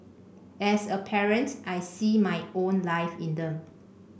as a parent I see my own life in them